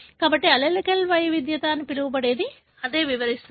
కాబట్టి అల్లెలిక్ వైవిధ్యత అని పిలవబడేది అదే వివరిస్తుంది